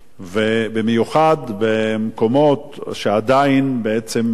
במיוחד במקומות שעדיין בעצם היד